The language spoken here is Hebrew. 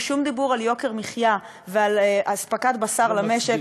ושום דיבור על יוקר מחיה ועל אספקת בשר למשק,